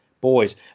boys